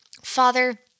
Father